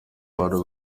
bantu